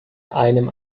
einem